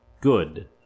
Good